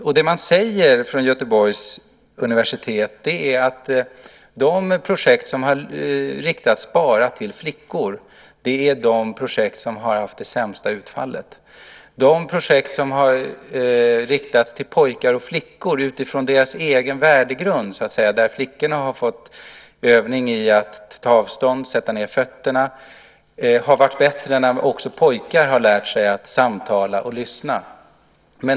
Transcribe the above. Det som man säger från Göteborgs universitet är att de projekt som har riktats bara till flickor har haft det sämsta utfallet. De projekt som har riktats till pojkar och flickor så att säga utifrån deras egen värdegrund, där flickorna har fått övning i att ta avstånd och sätta ned fötterna, har fått ett bättre utfall. I dem har också pojkar fått lära sig att samtala och lyssna.